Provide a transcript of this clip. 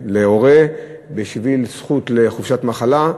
להורה כזכות לחופשת מחלה,